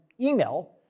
email